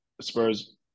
spurs